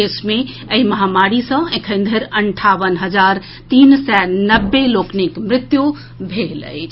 देश मे एहि महामारी सॅ एखन धरि अंठावन हजार तीन सय नब्बे लोकनिक मृत्यु भेल अछि